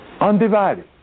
Undivided